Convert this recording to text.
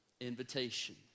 invitation